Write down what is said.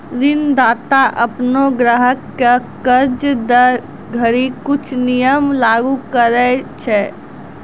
ऋणदाता अपनो ग्राहक क कर्जा दै घड़ी कुछ नियम लागू करय छै